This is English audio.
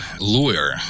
lawyer